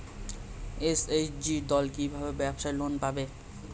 SHG দল কী ভাবে ব্যাবসা লোন পাবে?